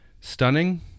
stunning